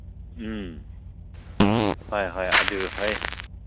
ꯎꯝ ꯍꯣꯏ ꯍꯣꯏ ꯑꯗꯨ ꯍꯣꯏ